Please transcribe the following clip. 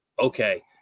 okay